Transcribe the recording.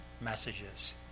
messages